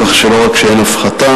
כך שלא רק שאין הפחתה,